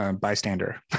bystander